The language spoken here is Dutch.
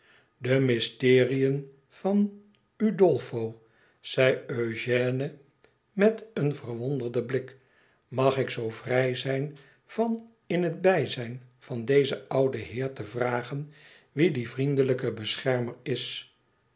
ide mysteriën van udolpho zei eugène met een verwonderden blik imag ik zoo vrij zijn van in het bijzijn van dezen ouden heer te vragen wie die vriendelijke beschermer is